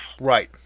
Right